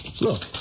Look